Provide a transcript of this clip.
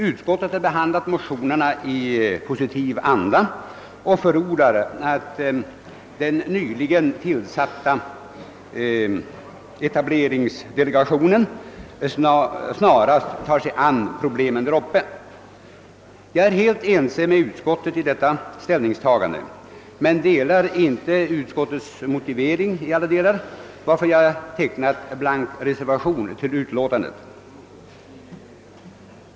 Utskottet har behandlat motionerna i positiv anda och förordar, att den nyligen tillsatta etableringsdelegationen snarast tar sig an dessa problem. Jag är helt ense med utskottet om detta ställningstagande. Jag delar dock inte utskottets motivering i alla delar och har därför antecknat en blank reservation till utlåtandet.